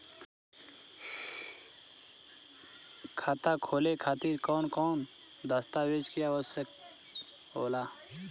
खाता खोले खातिर कौन कौन दस्तावेज के आवश्यक होला?